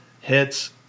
hits